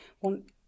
want